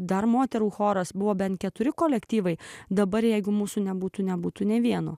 dar moterų choras buvo bent keturi kolektyvai dabar jeigu mūsų nebūtų nebūtų nė vieno